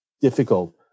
difficult